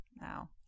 now